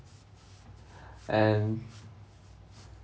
and